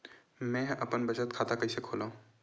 मेंहा अपन बचत खाता कइसे खोलव?